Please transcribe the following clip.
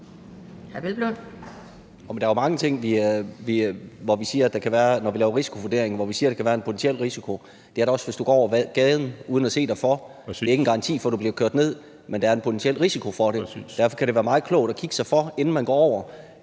risikovurdering, hvor vi siger, at der kan være en potentiel risiko. Det er der også, hvis du går over gaden uden at se dig for. Det er ikke en garanti for, at du bliver kørt ned, men der er en potentiel risiko for det. Derfor kan det være meget klogt at kigge sig for, inden man går over.